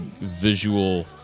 visual